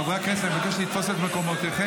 חברי הכנסת, אבקש לתפוס את מקומותיכם.